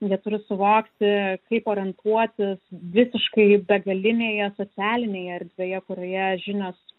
jie turi suvokti kaip orientuotis visiškai begalinėje socialinėje erdvėje kurioje žinios